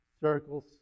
circles